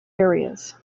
areas